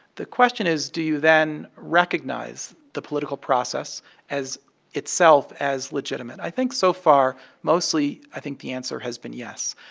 the question is do you then recognize the political process as itself as legitimate. i think so far mostly, i think the answer has been yes.